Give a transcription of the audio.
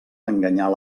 enganyar